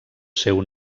seu